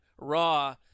raw